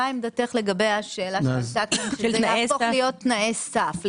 מה עמדתך לגבי השאלה שזה יהפוך להיות תנאי סף,